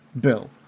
Bill